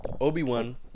Obi-Wan